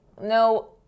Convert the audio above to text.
no